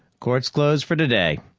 court's closed for today.